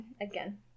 again